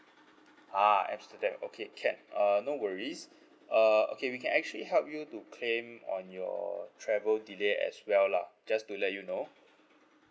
ah amsterdam okay can uh no worries uh okay we can actually help you to claim on your travel delay as well lah just to let you know